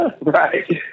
right